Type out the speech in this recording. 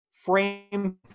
Frame